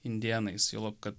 indėnais juolab kad